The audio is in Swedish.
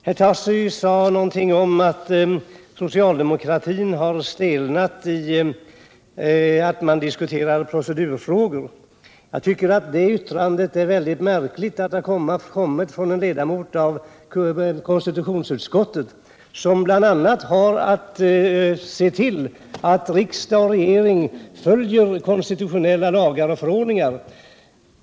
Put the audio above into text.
Herr Tarschys sade någonting om att socialdemokratin har stelnat i att bara diskutera procedurfrågor. Jag tycker det är märkligt att ett sådant yttrande kommer från en ledamot av konstitutionsutskottet, som bl.a. har att se till att riksdag och regering följer lagar och förordningar.